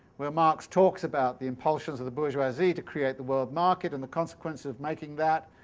where marx talks about the impulsions of the bourgeoisie to create the world market and the consequence of making that,